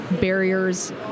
barriers